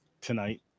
tonight